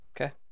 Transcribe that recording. Okay